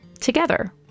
together